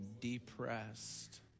depressed